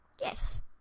Yes